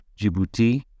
Djibouti